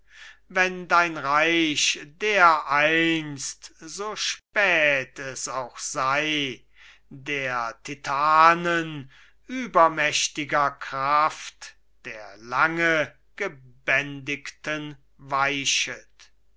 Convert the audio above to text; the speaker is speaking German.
wenn dein reich dereinst so spät es auch sei der titanen übermächtiger kraft der lange gebändigten weichet